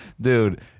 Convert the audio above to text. dude